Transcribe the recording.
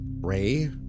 ray